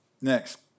Next